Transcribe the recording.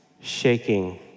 shaking